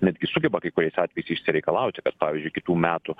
netgi sugeba kai kuriais atvejais išsireikalauti kad pavyzdžiui kitų metų